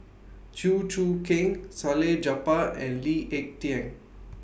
Chew Choo Keng Salleh Japar and Lee Ek Tieng